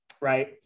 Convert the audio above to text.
Right